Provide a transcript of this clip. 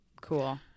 Cool